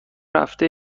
رفته